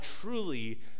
truly